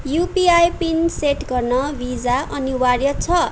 UPI PIN set गर्न भिजा अनिवार्य छ